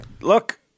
look